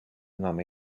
enam